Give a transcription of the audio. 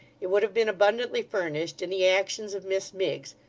it would have been abundantly furnished in the actions of miss miggs,